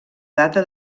data